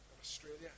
Australia